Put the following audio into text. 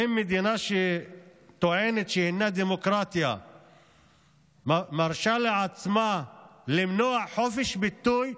האם מדינה שטוענת שהיא דמוקרטיה מרשה לעצמה למנוע חופש ביטוי?